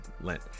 lent